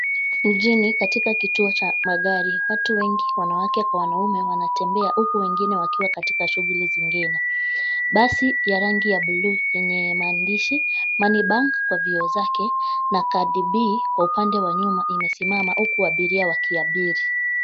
Mjini, katika kituo cha magari, watu wengi, wanawake kwa wanaume, wanatembea huku wengine wakiwa katika shughuli zingine. Basi ya rangi ya blue yenye maandishi money bank kwa vyoo zake na Cardi b kwa upande wa nyuma, imesimama huku abiria wakiabiri.